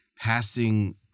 passing